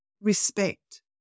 respect